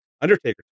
Undertaker